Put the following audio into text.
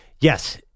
Yes